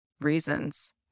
reasons